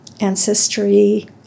Ancestry